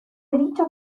dicho